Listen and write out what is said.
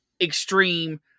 extreme